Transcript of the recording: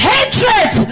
Hatred